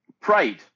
pride